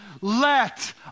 let